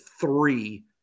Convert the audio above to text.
three